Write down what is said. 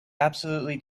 absolutely